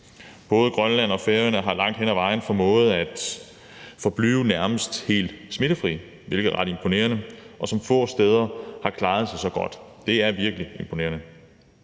Både Grønland og Færøerne har langt hen ad vejen formået at forblive nærmest helt smittefri, hvilket er ret imponerende, og få steder har klaret sig så godt. Det er virkelig imponerende.